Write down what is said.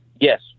Yes